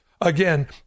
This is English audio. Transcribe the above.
Again